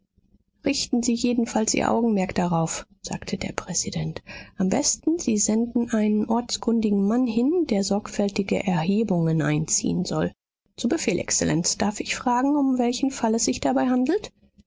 richten sie jedenfalls ihr augenmerk darauf sagte der präsident am besten sie senden einen ortskundigen mann hin der sorgfältige erhebungen einziehen soll zu befehl exzellenz darf ich fragen um welchen fall es sich dabei handelt